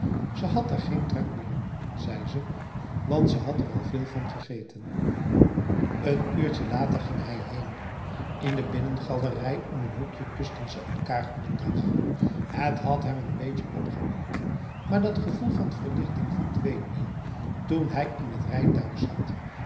ze had er geen trek meer in zei ze want ze had er al veel van gegeten een uurtje later ging hij heen in de binnengalerij om een hoekje kusten ze elkaar goedendag het had hem n beetje opgewekt maar dat gevoel van verlichting verdween weer toen hij in het rijtuig zat